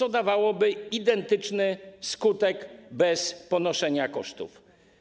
To dawałoby identyczny skutek bez ponoszenia kosztów.